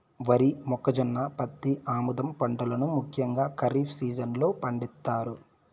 వరి, మొక్కజొన్న, పత్తి, ఆముదం పంటలను ముఖ్యంగా ఖరీఫ్ సీజన్ లో పండిత్తారు